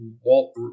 Walt